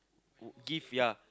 w~ give ya